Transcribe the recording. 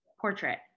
Portrait